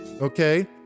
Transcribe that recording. okay